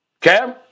Cam